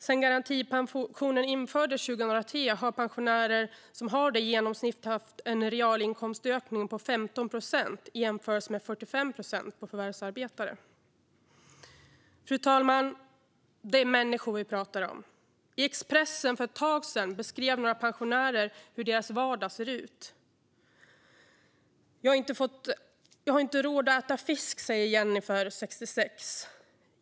Sedan garantipensionen infördes 2003 har pensionärer med garantipension i genomsnitt haft en real inkomstökning på 15 procent, att jämföra med 45 procent för förvärvsarbetare. Fru talman! Det är människor vi pratar om. I Expressen för ett tag sedan beskrev några pensionärer hur deras vardag ser ut: Jag har inte råd att äta fisk, säger Jeniffer, 66.